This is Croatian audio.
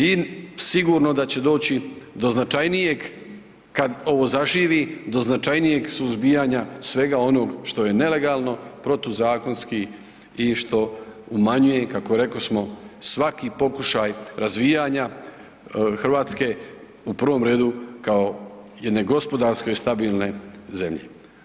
I sigurno da će doći do značajnijeg, kad ovo zaživi, do značajnijeg suzbijanja svega onog što je nelegalno, protuzakonski i što umanjuje kako rekosmo svaki pokušaj razvijanja Hrvatske u prvom redu kao jedne gospodarske stabilne zemlje.